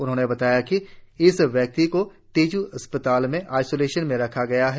उन्होंने बताया कि इस व्यक्ति को तेजू अस्पताल में आइसोलेशन में रखा गया है